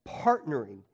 partnering